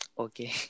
Okay